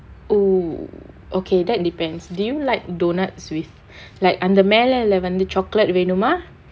oh okay that depends do you like donuts with like அந்த மேலல வந்து:antha melala vanthu chocolate வேணுமா:venumaa